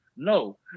No